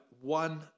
one